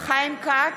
חיים כץ,